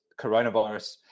coronavirus